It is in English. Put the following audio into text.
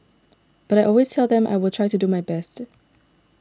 but I always tell them I will try to do my best